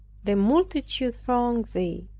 the multitude throng thee,